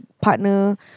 partner